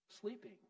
sleeping